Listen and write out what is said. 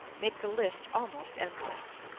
make the list almost endless.